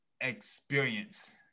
experience